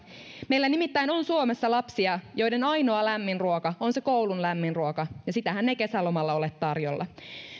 meillä nimittäin on suomessa lapsia joiden ainoa lämmin ruoka on se koulun lämmin ruoka ja sitähän ei kesälomalla ole tarjolla